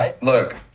Look